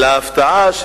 אלא ההפתעה,